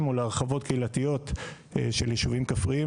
או להרחבות קהילתיות של יישובים כפריים.